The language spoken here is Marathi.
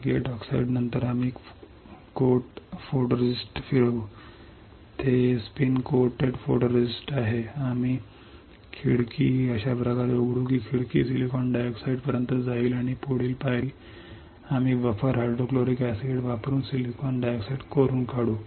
गेट ऑक्साईड नंतर आम्ही कोट फोटोरिस्टिस्ट फिरवू ते स्पिन कोट फोटोरिस्टिस्ट आहे आम्ही खिडकी अशा प्रकारे उघडू की खिडकी सिलिकॉन डायऑक्साइडपर्यंत जाईल आणि पुढील पायरी आम्ही बफर हायड्रोफ्लोरिक सिड वापरून सिलिकॉन डायऑक्साइड खोदून काढू